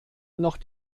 noch